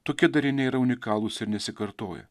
tokie dariniai yra unikalūs ir nesikartoja